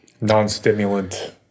non-stimulant